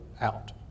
out